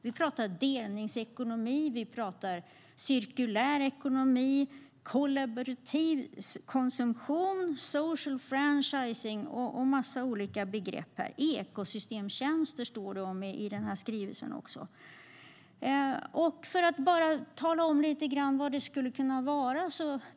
Vi pratar om delningsekonomi, cirkulär ekonomi, kollaborativ konsumtion, social franchising och en massa olika andra begrepp. Ekosystemtjänster står det också om i den här skrivelsen.